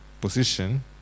position